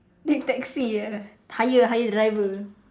take taxi ah hire hire driver